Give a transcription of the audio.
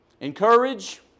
Encourage